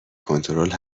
کنترل